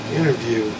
interview